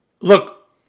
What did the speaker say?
Look